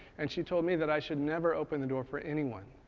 and she told me that i should never open the door for anyone.